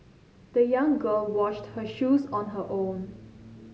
the young girl washed her shoes on her own